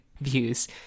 views